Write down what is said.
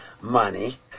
money